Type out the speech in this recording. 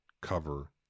cover